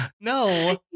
No